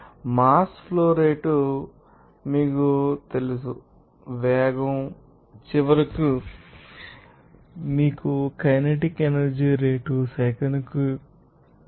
mass flow rate మీకు తెలుసు వేగం అవి మరియు చివరకు మీకుకైనెటిక్ ఎనర్జీ రేటు సెకనుకు 41